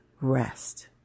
rest